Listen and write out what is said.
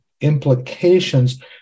implications